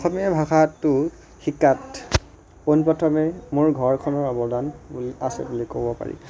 অসমীয়া ভাষাটো শিকাত পোনপ্ৰথমে মোৰ ঘৰখনৰ অৱদান বুলি আছে বুলি ক'ব পাৰি